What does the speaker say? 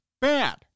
Bad